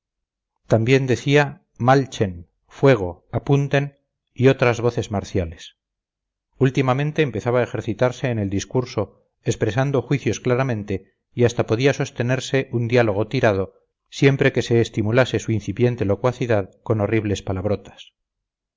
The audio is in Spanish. también decía malchen fuego apunten y otras voces marciales últimamente empezaba a ejercitarse en el discurso expresando juicios claramente y hasta podía sostener un diálogo tirado siempre que se estimulase su incipiente locuacidad con horribles palabrotas